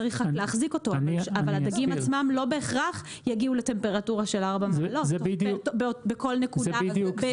אבל הדגים עצמם לא בהכרח יגיעו לטמפרטורה של 4 מעלות במהלך הדיג.